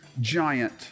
giant